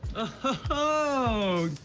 oh.